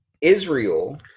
Israel